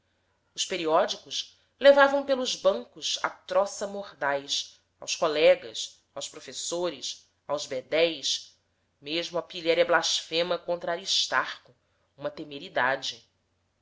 os periódicos levavam pelos bancos a troça mordaz aos colegas aos professores aos bedéis mesmo a pilhéria blasfema contra aristarco uma temeridade